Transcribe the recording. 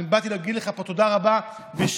באתי להגיד לך פה תודה רבה בשמי,